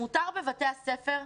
בבתי הספר,